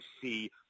see